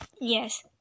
Yes